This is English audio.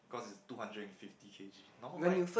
cause it's two hundred and fifty K_G normal bike